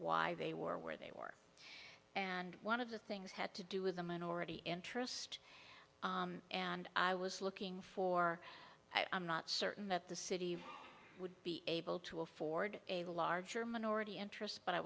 why they were where they were and one of the things had to do with a minority interest and i was looking for i am not certain that the city would be able to afford a larger minority